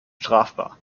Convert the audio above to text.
strafbar